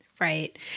right